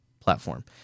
Platform